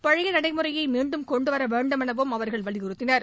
பழைய நடைமுறையை மீண்டும் கொண்டுவர வேண்டும் எனவும் அவர்கள் வலியுறத்தினர்